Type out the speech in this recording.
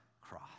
cross